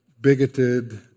bigoted